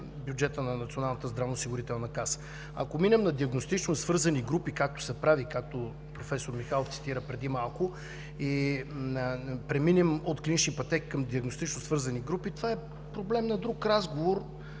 каса. Ако минем на диагностично свързаните групи, както професор Михайлов цитира преди малко, и преминем от диагностични пътеки към диагностично свързани групи, това е проблем на друг разговор,